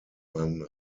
man